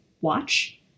watch